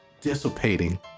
dissipating